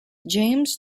james